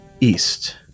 east